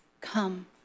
come